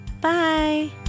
Bye